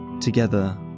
Together